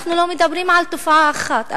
אנחנו לא מדברים על מקרה אחד,